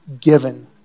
given